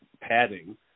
padding